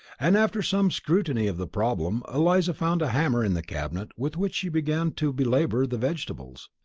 and after some scrutiny of the problem eliza found a hammer in the cabinet with which she began to belabour the vegetables.